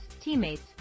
teammates